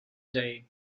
day